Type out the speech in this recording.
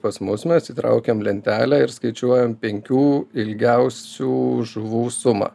pas mus mes įtraukiam lentelę ir skaičiuojam penkių ilgiausių žuvų sumą